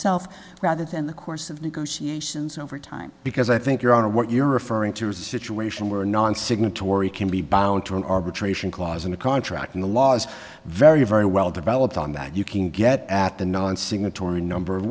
itself rather than the course of negotiations over time because i think your honor what you're referring to is a situation where non signatory can be bound to an arbitration clause in a contract in the laws very very well developed on that you can get at the non signatory number of